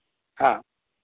हा